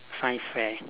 science fair